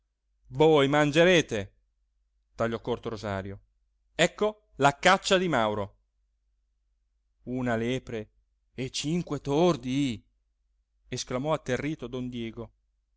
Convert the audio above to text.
voi mangerete tagliò corto rosario ecco la caccia di mauro una lepre e cinque tordi esclamò atterrito don diego